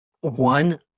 One